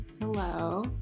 Hello